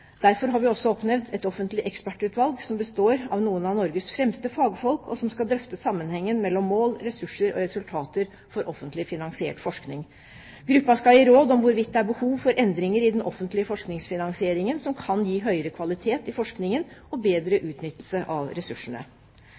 Derfor har vi også oppnevnt et offentlig ekspertutvalg som består av noen av Norges fremste fagfolk, og som skal drøfte sammenhengen mellom mål, ressurser og resultater for offentlig finansiert forskning. Gruppa skal gi råd om hvorvidt det er behov for endringer i den offentlige forskningsfinansieringen som kan gi høyere kvalitet i forskningen og bedre utnyttelse av ressursene.